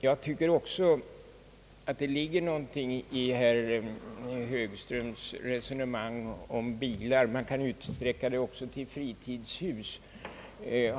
Jag tycker även att det ligger någonting i herr Högströms resonemang om bilar. Det kan man också utsträcka till fritidshus.